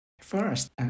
First